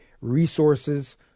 resources